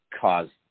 caused